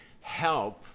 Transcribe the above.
help